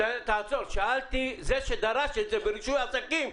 זה שדרש את זה ברישוי עסקים,